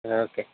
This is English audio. okay